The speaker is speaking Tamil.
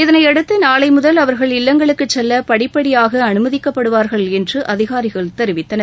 இதனையடுத்து நாளை முதல் அவர்கள் இல்லங்களுக்கு செல்ல படிப்படியாக அனுமதிக்கப்படுவார்கள் என்று அதிகாரிகள் தெரிவித்தனர்